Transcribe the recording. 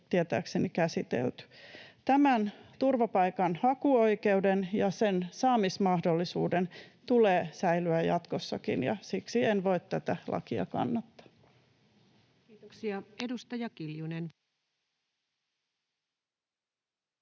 Tämän turvapaikanhakuoikeuden ja sen saamismahdollisuuden tulee säilyä jatkossakin, ja siksi en voi tätä lakia kannattaa. [Speech 38] Speaker: